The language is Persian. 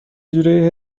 جورایی